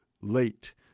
late